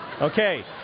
Okay